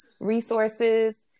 resources